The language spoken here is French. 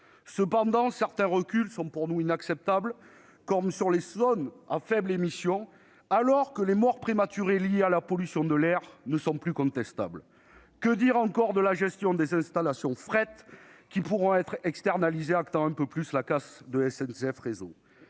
Toutefois, certains reculs sont inacceptables, comme en matière de zones à faibles émissions, alors que les morts prématurées liées à la pollution de l'air ne sont plus contestables. Et que dire de la gestion des installations de fret qui pourront être externalisées, actant un peu plus la casse de SNCF Réseau ?